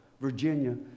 Virginia